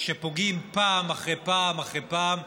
שפוגעים פעם אחרי פעם אחרי פעם,